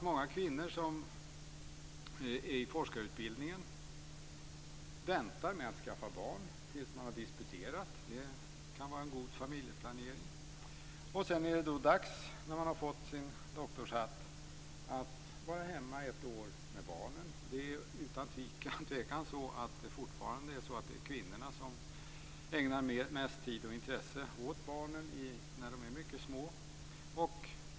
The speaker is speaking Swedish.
Många kvinnor i forskarutbildningen väntar med att skaffa barn tills man har disputerat. Det kan vara en god familjeplanering. Sedan är det dags, när man har fått sin doktorshatt, att vara hemma ett år med barnen. Det är utan tvekan fortfarande kvinnorna som ägnar mest tid och intresse åt barnen när de är mycket små.